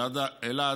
אלעד,